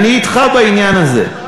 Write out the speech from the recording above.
אני אתך בעניין הזה.